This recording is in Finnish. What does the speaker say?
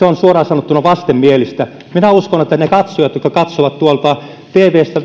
on suoraan sanottuna vastenmielinen minä uskon että ne katsojat jotka katsovat tätä tvstä